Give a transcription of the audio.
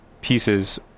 pieces